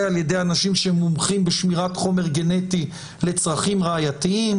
על-ידי אנשים שהם מומחים בשמירת חומר גנטי לצרכים ראייתיים,